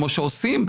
כמו שעושים,